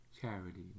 charity